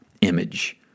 image